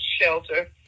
shelter